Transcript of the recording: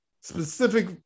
specific